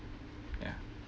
ya